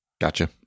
Gotcha